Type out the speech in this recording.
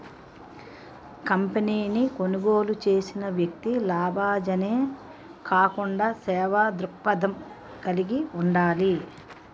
కంపెనీని కొనుగోలు చేసిన వ్యక్తి లాభాజనే కాకుండా సేవా దృక్పథం కలిగి ఉండాలి